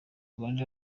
rwanda